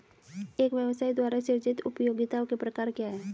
एक व्यवसाय द्वारा सृजित उपयोगिताओं के प्रकार क्या हैं?